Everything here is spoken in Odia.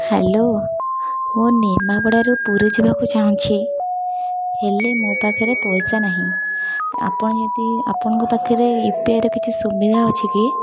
ହ୍ୟାଲୋ ମୁଁ ନିମାପଡ଼ାରୁ ପୁରୀ ଯିବାକୁ ଚାଁହୁଛି ହେଲେ ମୋ ପାଖରେ ପଇସା ନାହିଁ ଆପଣ ଯଦି ଆପଣଙ୍କ ପାଖରେ ୟୁପିଆଇର କିଛି ସୁବିଧା ଅଛି କି